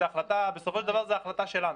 בסופו של דבר זאת החלטה שלנו.